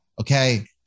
Okay